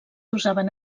usaven